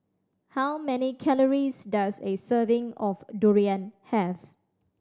how many calories does a serving of durian have